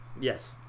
Yes